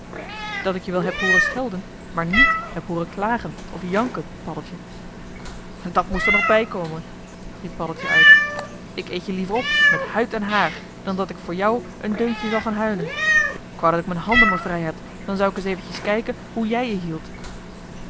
dat ik je wel heb hooren schelden maar niet heb hooren klagen of janken paddeltje dàt moest er nog bijkomen riep paddeltje uit ik eet je liever op met huid en haar dan dat ik voor jou een deuntje zal gaan huilen k wou dat k mijn handen maar vrij had dan zou ik s eventjes kijken hoe jij je hieldt